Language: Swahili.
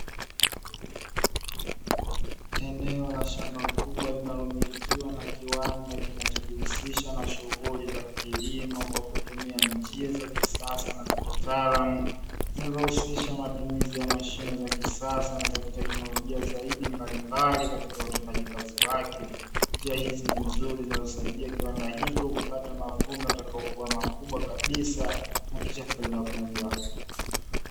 Eneo la shamba kubwa, linalomilikiwa na kiwanda kinachojihusisha na shughuli za kilimo kwa kutumia njia za kisasa na kitaalamu, zinazohusisha matumizi ya mashine za kisasa na za kiteknolojia zaidi mbalimbali katika utendaji kazi wake. Njia hizi ni nzuri zinazosaidia kiwanda hicho kupata mavuno yatakayokua makubwa kabisa na kisha faida kubwa.